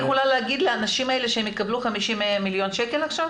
אני יכולה להגיד לאנשים האלה שהם יקבלו 50 מיליון שקל עכשיו.